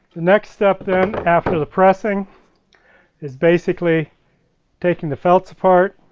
the next step then, after the pressing is basically taking the felts apart.